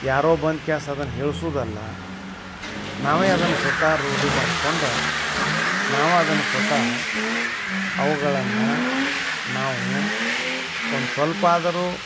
ಯಾರೋ ಬಂದು ಕ್ಯಾಸ್ ಅದನ್ನು ಹೇಳ್ಸೋದಲ್ಲ ನಾವೇ ಅದನ್ನು ಸ್ವತಃ ರೂಢಿ ಮಾಡ್ಕೊಂಡು ನಾವೇ ಅದನ್ನ ಸ್ವತಃ ಅವ್ಗಳನ್ನು ನಾವು ಒಂದು ಸ್ವಲ್ಪವಾದರೂ